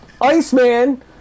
Iceman